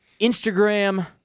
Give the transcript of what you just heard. Instagram